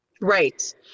Right